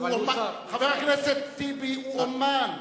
חבר הכנסת טיבי הוא אמן.